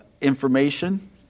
information